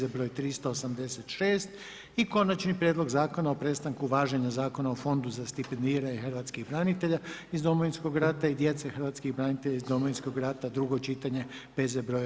PZ br. 386; - Konačni prijedlog zakona o prestanku važenja Zakona o fondu za stipendiranje Hrvatskih branitelja iz Domovinskog rata i djece hrvatskih branitelja iz Domovinskog rata, drugo čitanje br.